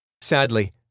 Sadly